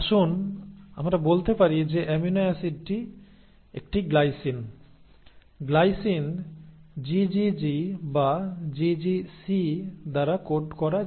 আসুন আমরা বলতে পারি যে অ্যামিনো অ্যাসিডটি একটি গ্লাইসিন গ্লাইসিন GGG বা GGC দ্বারা কোড করা যায়